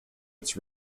its